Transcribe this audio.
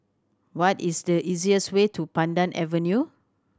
what is the easiest way to Pandan Avenue